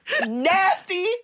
Nasty